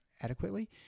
adequately